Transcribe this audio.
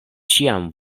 ĉiam